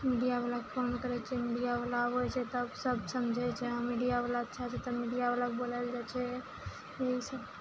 media बलाके phone करै छै मीडिया बला आबै छै तब सब समझै छै मीडिया वाला अच्छा छै तऽ मीडिया वाला के बोलैल जाइ छै यही सब